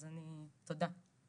אז תודה.